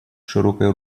широкой